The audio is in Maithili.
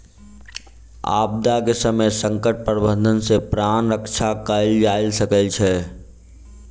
आपदा के समय संकट प्रबंधन सॅ प्राण रक्षा कयल जा सकै छै